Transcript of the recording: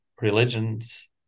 religions